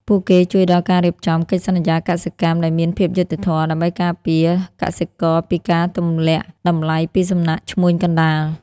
ពួកគេជួយដល់ការរៀបចំ "កិច្ចសន្យាកសិកម្ម" ដែលមានភាពយុត្តិធម៌ ដើម្បីការពារកសិករពីការទម្លាក់តម្លៃពីសំណាក់ឈ្មួញកណ្ដាល។